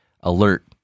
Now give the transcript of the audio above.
alert